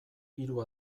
hiru